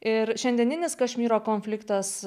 ir šiandieninis kašmyro konfliktas